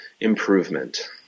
improvement